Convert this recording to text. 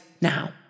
now